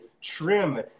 trim